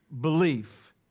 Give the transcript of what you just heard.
belief